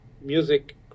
music